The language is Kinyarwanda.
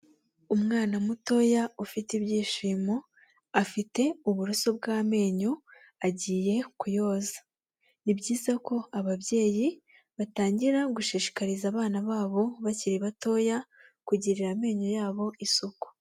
Umwana mutoya ufite ibyishimo afite uburoso bw'amenyo agiye kuyoza. Ni byiza ko ababyeyi batangira gushishikariza abana babo bakiri batoya kugirira amenyo yabo isuku.